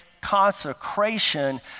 consecration